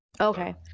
Okay